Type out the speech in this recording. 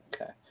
Okay